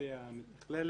המטה המתכללת.